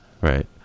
Right